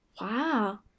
Wow